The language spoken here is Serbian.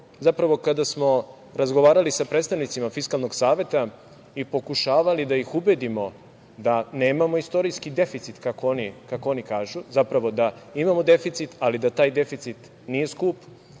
2025“.Kada smo razgovarali sa predstavnicima Fiskalnog saveta i pokušavali da ih ubedimo da nemamo istorijski deficit, kako oni kažu, zapravo da imamo deficit, ali da taj deficit nije skup,